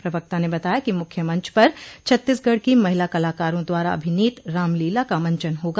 प्रवक्ता ने बताया कि मुख्य मंच पर छत्तीसगढ़ की महिला कलाकारों द्वारा अभिनीत रामलीला का मंचन होगा